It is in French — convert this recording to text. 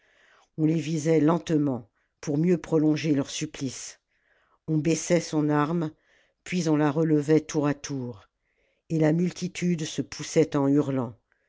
on les visait lentement pour mieux prolonger leur supplice on baissait son arme puis on la relevait tour à tour et la multitude se poussait en hurlant